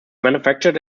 manufactured